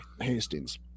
Hastings